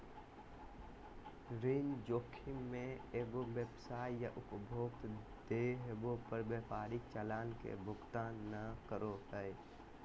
ऋण जोखिम मे एगो व्यवसाय या उपभोक्ता देय होवे पर व्यापारी चालान के भुगतान नय करो हय